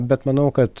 bet manau kad